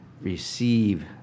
receive